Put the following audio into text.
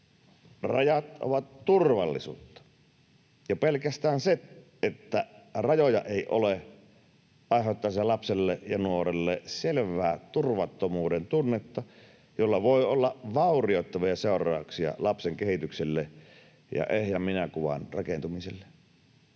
Rajat ovat turvallisuutta. Jo pelkästään se, että rajoja ei ole, aiheuttaa lapselle ja nuorelle selvää turvattomuuden tunnetta, jolla voi olla vaurioittavia seurauksia lapsen kehitykselle ja ehjän minäkuvan rakentumiselle.